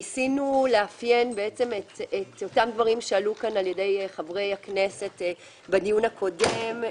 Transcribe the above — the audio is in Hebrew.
ניסינו לאפיין את אותם דברים שעלו כאן על ידי חברי הכנסת בדיון הקודם.